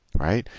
right?